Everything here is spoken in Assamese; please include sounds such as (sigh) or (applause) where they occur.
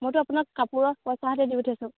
(unintelligible)